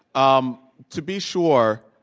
um to be sure,